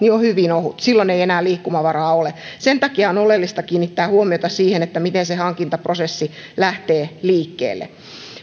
on hyvin ohut silloin ei enää liikkumavaraa ole sen takia on oleellista kiinnittää huomiota siihen miten se hankintaprosessi lähtee liikkeelle